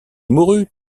mourut